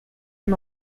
and